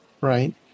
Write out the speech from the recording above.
right